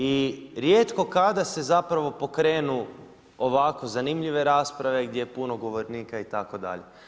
I rijetko kada se zapravo pokrenu ovako zanimljive rasprave, gdje je puno govornika itd.